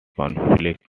conflict